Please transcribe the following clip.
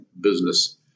business